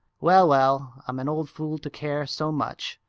well, well, i'm an old fool to care so much.